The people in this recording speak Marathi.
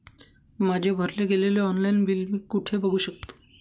माझे भरले गेलेले ऑनलाईन बिल मी कुठे बघू शकतो?